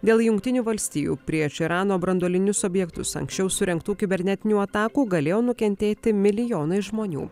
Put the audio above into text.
dėl jungtinių valstijų prieš irano branduolinius objektus anksčiau surengtų kibernetinių atakų galėjo nukentėti milijonai žmonių